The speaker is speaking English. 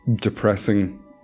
depressing